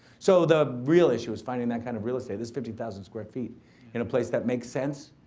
so, the real issue is finding that kind of real estate. it's fifty thousand square feet in a place that makes sense.